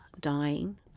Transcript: dying